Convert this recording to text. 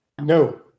no